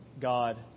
God